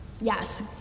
Yes